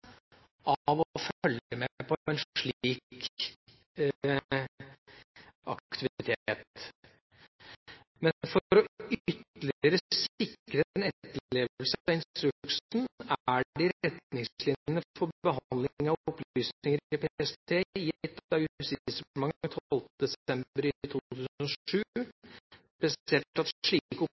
av å følge med på en slik aktivitet. Men for ytterligere å sikre en etterlevelse av instruksen er det i retningslinjene for behandling av opplysninger i PST gitt av Justisdepartementet 12. desember 2007 presisert at slike